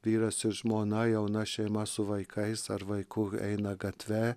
vyras ir žmona jauna šeima su vaikais ar vaiku eina gatve